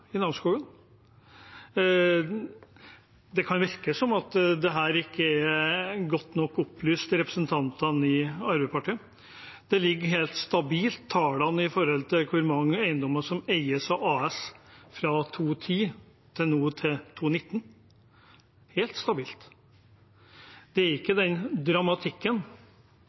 i Namsskogan. Det kan virke som om dette ikke er godt nok opplyst for representantene fra Arbeiderpartiet. Tallene for hvor mange eiendommer som eies av AS fra 2010 til 2019, ligger stabilt – helt stabilt. Det er ikke den dramatikken